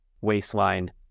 waistline